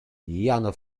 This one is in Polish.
jano